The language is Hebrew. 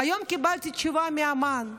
והיום קיבלתי תשובה מאמ"ן.